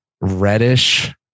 Reddish